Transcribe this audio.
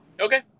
Okay